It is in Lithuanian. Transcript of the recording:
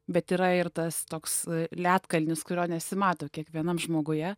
bet yra ir tas toks ledkalnis kurio nesimato kiekvienam žmoguje